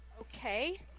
Okay